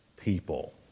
people